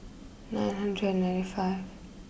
nine hundred ninety five